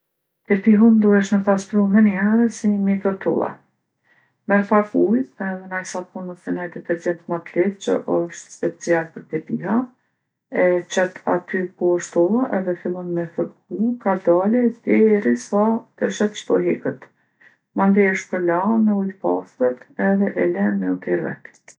Tepihun duhesh me pastru menihere se i metët tolla. Merr pak ujë edhe naj sapun ose naj detergjent ma t'lehtë që osht special për tepiha, e qet aty ku osht tolla edhe fillon me fërku kadale derisa te sheh që po heket. Mandej e shpërlan me ujë t'pastërt edhe e len me u terrë vet.